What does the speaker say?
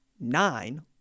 nine